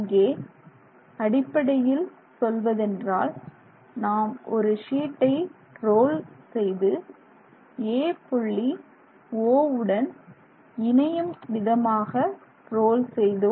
இங்கே அடிப்படையில் சொல்வதென்றால் நாம் ஒரு ஷீட்டை ரோல் செய்து A புள்ளி O உடன் இணையும் விதமாக ரோல் செய்தோம்